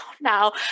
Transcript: now